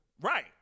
Right